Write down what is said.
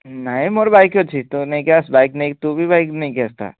ନାହିଁ ମୋର ବାଇକ୍ ଅଛି ତୁ ନେଇକି ଆସ ବାଇକ୍ ନେଇକି ତୁ ବି ବାଇକ୍ ନେଇକି ଆସିଥା